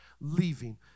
leaving